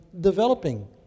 developing